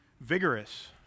vigorous